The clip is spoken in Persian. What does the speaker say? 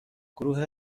گروه